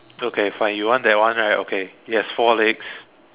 okay fine you want that one right okay it has four legs